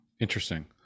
Interesting